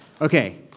Okay